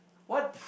what